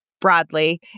broadly